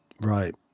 Right